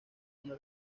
una